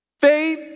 Faith